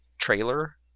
trailer